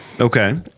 Okay